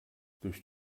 durch